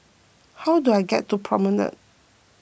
how do I get to Promenade